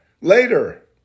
Later